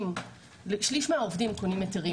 שליש מהעובדים מקבלים היתרים.